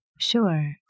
sure